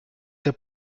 der